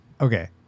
Okay